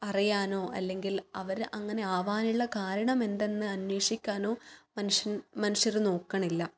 അറിയനോ അല്ലെങ്കിൽ അവർ അങ്ങനെ ആവാനുള്ള കാരണം എന്തെന്ന് അന്വേഷിക്കാനോ മനുഷ്യൻ മനുഷ്യർ നോക്കണില്ല